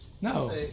No